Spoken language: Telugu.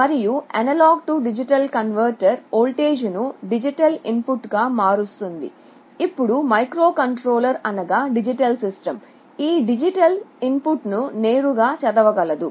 మరియు A D కన్వర్టర్ ఓల్టేజ్ను డిజిటల్ ఇన్పుట్గా మారుస్తుంది ఇప్పుడు మైక్రోకంట్రోలర్ అనగా డిజిటల్ సిస్టం ఈ డిజిటల్ ఇన్పుట్ను నేరుగా చదవగలదు